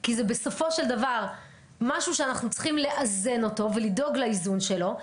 כי בסופו של דבר זה משהו שאנחנו צריכים לאזן אותו ולדאוג לאיזון שלו.